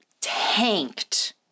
tanked